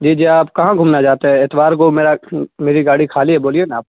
جی جی آپ کہاں گھومنا چاہتے ہیں اتوار کو میرا میری گاڑی خالی ہے بولیے نا آپ